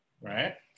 right